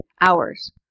Hours